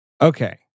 okay